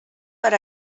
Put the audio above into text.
per